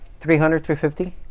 300-350